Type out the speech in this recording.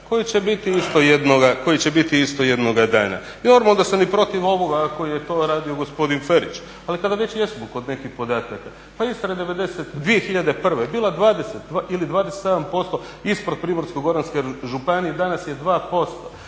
koji će biti isto jednoga dana. I normalno da sam i protiv ovoga ako je to radio gospodin Ferić, ali kada već jesmo kod nekih podataka pa Istra je 2001. bila 20 ili 27% ispred Primorsko-goranske županije, a danas je 2%.